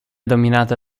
dominata